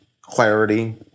clarity